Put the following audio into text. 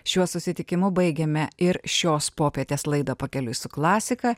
šiuo susitikimu baigiame ir šios popietės laidą pakeliui su klasika